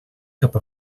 cap